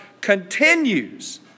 continues